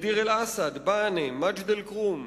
בדיר-אל-אסד, בענה, מג'ד-אל-כרום,